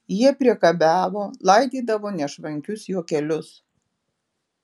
jie priekabiavo laidydavo nešvankius juokelius